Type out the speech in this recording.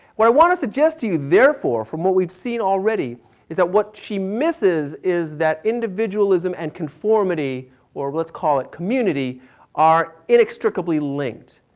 what i want to suggest to you therefore from what we have seen already is that what she misses is that individualism and conformity or let's call it community are inextricably linked.